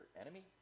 enemy